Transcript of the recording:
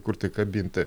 kurtai kabinti